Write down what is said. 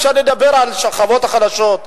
אפשר לדבר על השכבות החלשות,